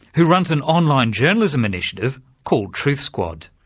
who runs an online journalism initiative called truthsquad.